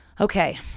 okay